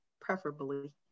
preferably